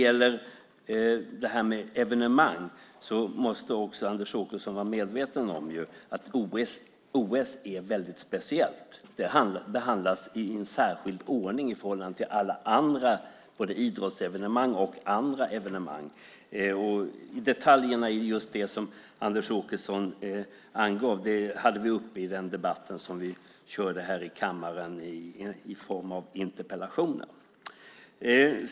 Också Anders Åkesson måste vara medveten om att OS är ett speciellt evenemang. Det behandlas i en särskild ordning i förhållande till alla andra evenemang - både idrottsevenemang och andra. Detaljerna hade vi, som Anders Åkesson angav, uppe i den debatt som vi har haft här i kammaren i form av interpellationsdebatt.